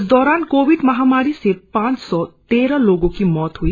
इस दौरान कोविड महामारी से पांच सौ तेरह लोगों की मौत हई